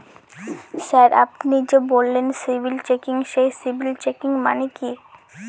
Sir আপনি যে বললেন সিবিল চেকিং সেই সিবিল চেকিং মানে কি?